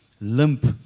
limp